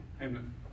Amen